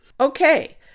Okay